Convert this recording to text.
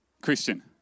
Christian